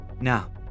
Now